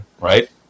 right